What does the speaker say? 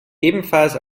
ebenfalls